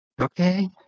Okay